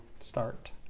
start